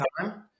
time